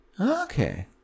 Okay